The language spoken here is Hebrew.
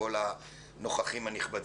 לכל הנוכחים הנכבדים.